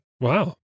Wow